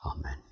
Amen